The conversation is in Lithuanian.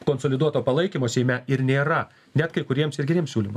konsoliduoto palaikymo seime ir nėra net kai kuriems ir geriems siūlym